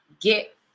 get